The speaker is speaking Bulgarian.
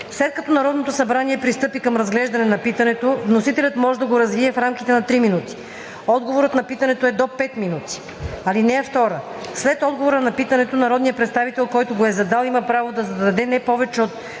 След като Народното събрание пристъпи към разглеждане на питането, вносителят може да го развие в рамките на 3 минути. Отговорът на питането е до 5 минути. (2) След отговора на питането народният представител, който го е задал, има право да зададе не повече от